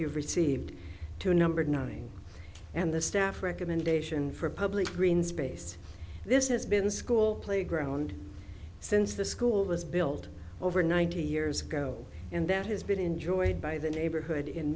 you've received to a number nothing and the staff recommendation for a public green space this has been school playground since the school was built over ninety years ago and that has been enjoyed by the neighborhood in